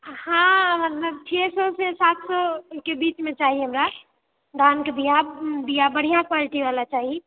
हँ छे सए से सात सए के बीचमे चाही हमरा धानके बिआ बढ़ियाॅं क्वालिटी वाला चाही